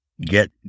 get